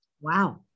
Wow